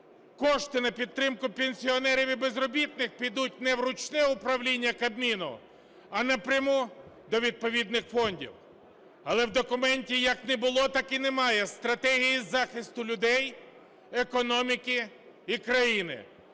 Кошти на підтримку пенсіонерів і безробітних підуть не в ручне управління Кабміну, а напряму до відповідних фондів. Але в документі як не було, так і немає стратегії захисту людей, економіки і країни